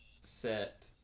set